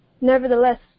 nevertheless